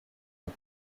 ont